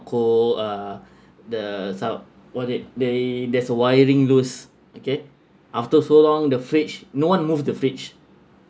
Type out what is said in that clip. cold uh the some what did they there's a wiring loose okay after so long the fridge no one move the fridge